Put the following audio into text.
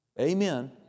Amen